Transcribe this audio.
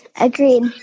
Agreed